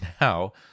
now